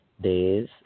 Days